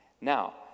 Now